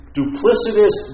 duplicitous